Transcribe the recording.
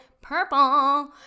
purple